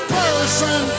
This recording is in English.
person